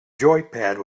joypad